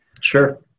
Sure